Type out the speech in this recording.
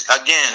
Again